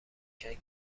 کردن